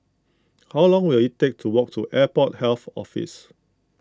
how long will it take to walk to Airport Health Office